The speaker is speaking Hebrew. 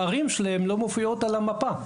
הערים שלהם לא מופיעות על המפה.